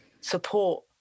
support